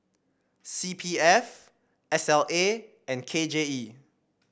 C P F S L A and K J E